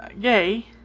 gay